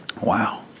Wow